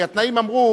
כי התנאים אמרו,